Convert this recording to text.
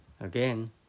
Again